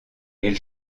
elle